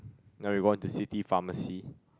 then reward to city pharmacy